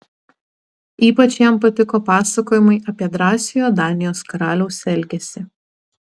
ypač jam patiko pasakojimai apie drąsiojo danijos karaliaus elgesį